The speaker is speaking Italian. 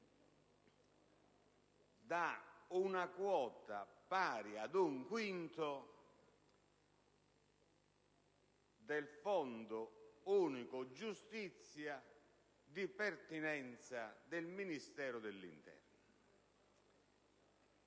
da una quota (pari ad un quinto) del Fondo unico giustizia di pertinenza del Ministero dell'interno.